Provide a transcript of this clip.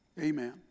Amen